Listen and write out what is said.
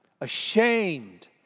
ashamed